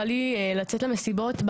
בא לי לצאת למסיבות,